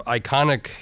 iconic